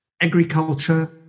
Agriculture